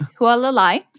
Hualalai